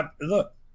look